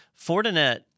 Fortinet